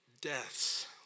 deaths